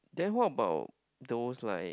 then what about there was like